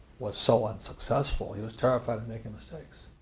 was so unsuccessful. he was terrified of making mistakes.